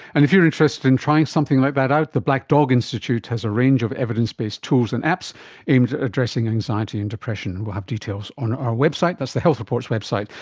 and if you're interested in trying something like that out, the black dog institute has a range of evidence-based tools and apps addressing addressing anxiety and depression. we'll have details on our website, that's the health report's website.